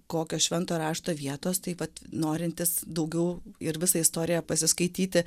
kokios švento rašto vietos taip vat norintys daugiau ir visą istoriją pasiskaityti